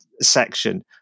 section